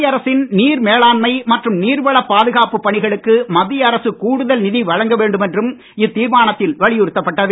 புதுவை அரசின் நீர் மேலாண்மை மற்றும் நீர்வளப் பாதுகாப்புப் பணிகளுக்கு மத்திய அரசு கூடுதல் நிதி வழங்க வேண்டும் என்றும் இத்தீர்மானத்தில் வலியுறுத்தப் பட்டது